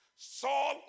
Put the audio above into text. Saul